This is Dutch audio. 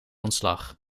ontslag